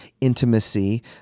intimacy